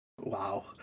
Wow